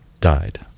died